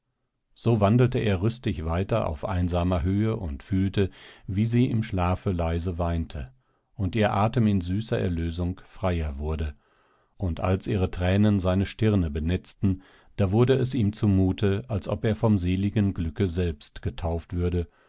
so wandelte er rüstig weiter auf einsamer höhe und fühlte wie sie im schlafe leise weinte und ihr atem in süßer erlösung freier wurde und als ihre tränen seine stirne benetzten da wurde es ihm zumute als ob er vom seligen glücke selbst getauft würde